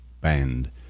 band